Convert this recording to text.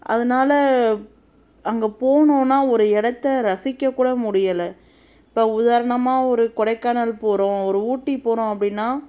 அதனால் அங்கே போனோம்னா ஒரு இடத்த ரசிக்கக்கூட முடியலை இப்போ உதாரணமாக ஒரு கொடைக்கானல் போகிறோம் ஒரு ஊட்டி போகிறோம் அப்படின்னா